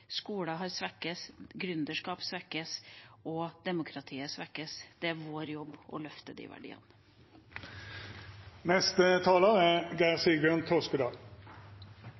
Skoler svekkes, gründerskap svekkes og demokratier svekkes. Det er vår jobb å løfte de verdiene.